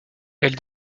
elle